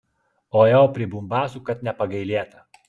o jau pribumbasų kad nepagailėta